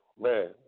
Man